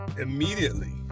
immediately